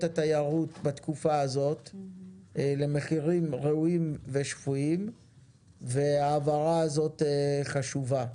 התיירות בתקופה הזאת למחירים ראויים ושפויים וההבהרה הזאת חשובה.